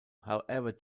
however